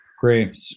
great